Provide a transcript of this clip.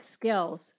skills